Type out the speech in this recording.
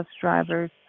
drivers